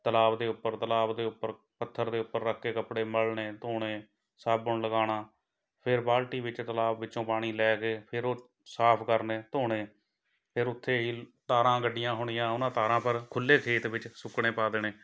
ਤਲਾਬ ਦੇ ਉੱਪਰ ਤਲਾਬ ਦੇ ਉੱਪਰ ਪੱਥਰ ਦੇ ਉੱਪਰ ਰੱਖ ਕੇ ਕੱਪੜੇ ਮਲਣੇ ਧੋਣੇ ਸਾਬਣ ਲਗਾਉਣਾ ਫਿਰ ਬਾਲਟੀ ਵਿੱਚ ਤਲਾਬ ਵਿੱਚੋਂ ਪਾਣੀ ਲੈ ਕੇ ਫਿਰ ਉਹ ਸਾਫ਼ ਕਰਨੇ ਧੋਣੇ ਫਿਰ ਉੱਥੇ ਹੀ ਤਾਰਾਂ ਗੱਡੀਆਂ ਹੋਣੀਆਂ ਉਹਨਾਂ ਤਾਰਾਂ ਪਰ ਖੁੱਲ੍ਹੇ ਖੇਤ ਵਿੱਚ ਸੁਕਣੇ ਪਾ ਦੇਣੇ